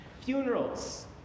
Funerals